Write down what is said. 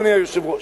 אדוני היושב-ראש.